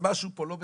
משהו פה לא בסדר,